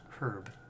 herb